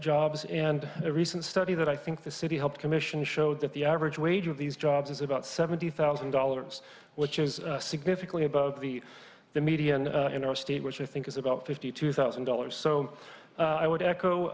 jobs and a recent study that i think the city health commission showed that the average wage of these jobs is about seventy thousand dollars which is significantly above the median in our state which i think is about fifty two thousand dollars so i would echo